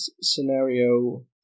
scenario